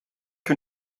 que